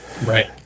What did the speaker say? Right